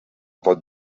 pot